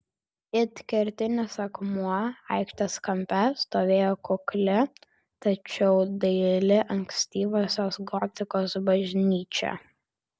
it kertinis akmuo aikštės kampe stovėjo kukli tačiau daili ankstyvosios gotikos bažnyčia